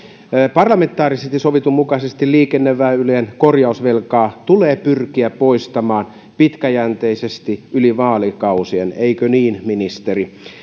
parlamentaarisesti sovitun mukaisesti liikenneväylien korjausvelkaa tulee pyrkiä poistamaan pitkäjänteisesti yli vaalikausien eikö niin ministeri